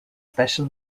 special